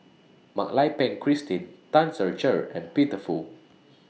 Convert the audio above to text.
Mak Lai Peng Christine Tan Ser Cher and Peter Fu